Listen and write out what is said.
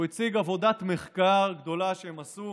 הוא הציג עבודת מחקר גדולה שהם עשו